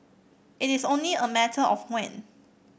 it is only a matter of when